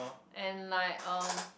and like um